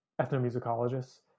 ethnomusicologists